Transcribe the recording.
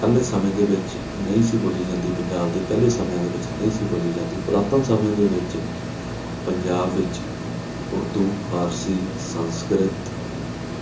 ਪਹਿਲੇ ਸਮੇਂ ਦੇ ਵਿੱਚ ਨਹੀਂ ਸੀ ਬੋਲੀ ਜਾਂਦੀ ਪੰਜਾਬ ਦੇ ਪਹਿਲੇ ਸਮਿਆਂ ਦੇ ਵਿੱਚ ਨਹੀਂ ਸੀ ਬੋਲੀ ਜਾਂਦੀ ਪੁਰਾਤਨ ਸਮੇਂ ਦੇ ਵਿੱਚ ਪੰਜਾਬ ਵਿੱਚ ਉੜਦੂ ਫਾਰਸੀ ਸੰਸਕ੍ਰਿਤ